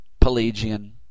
Pelagian